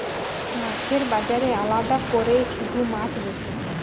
মাছের বাজারে আলাদা কোরে শুধু মাছ বেচে